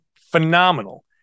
phenomenal